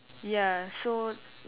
ya so